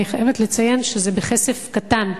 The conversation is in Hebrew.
אני חייבת לציין שזה בכסף קטן,